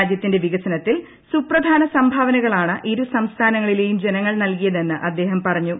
രാജ്യത്തിന്റെ വികസനത്തിൽ സുപ്രധാന സംഭാവനകളാണ് ഇരുസംസ്ഥാനങ്ങളിലെയും ജനങ്ങൾ നൽകിയതെന്ന് അദ്ദേഹം പറഞ്ഞു